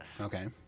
Okay